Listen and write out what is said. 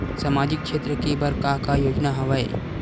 सामाजिक क्षेत्र के बर का का योजना हवय?